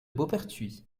beauperthuis